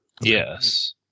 Yes